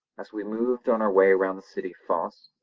as we moved on our way round the city fosse.